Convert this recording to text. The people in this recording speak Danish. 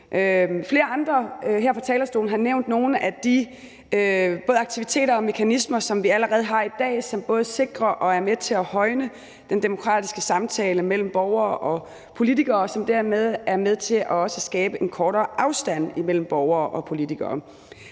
Flere andre har fra talerstolen nævnt nogle af de aktiviteter og mekanismer, som vi allerede har i dag, og som både sikrer og er med til at højne den demokratiske samtale mellem borgere og politikere, og som dermed også er med til at skabe en kortere afstand imellem borgere og politikere.